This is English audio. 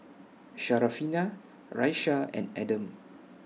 Syarafina Raisya and Adam